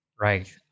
Right